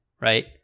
Right